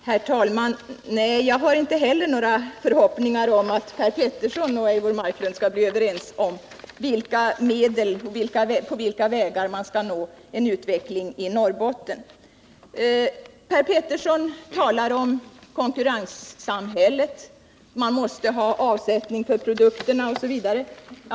Herr talman! Jag har inte heller några förhoppningar om att Per Petersson och Eivor Marklund skall bli överens om med vilka medel och på vilka vägar man skall nå en utveckling i Norrbotten. Per Petersson talar om konkurrenssamhället, man måste ha avsättning för produkterna osv.